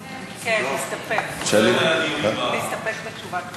כן, נסתפק בתשובת השר.